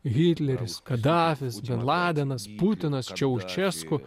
hitleris kadafis bin ladenas putinas čiaušesku